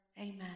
Amen